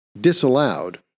disallowed